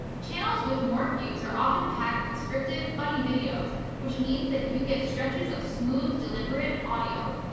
channels with more views are often packed with scripted, funny videos which means that you get stretches of smooth, deliberate audio.